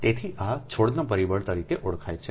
તેથી આ છોડના પરિબળ તરીકે ઓળખાય છે